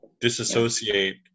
disassociate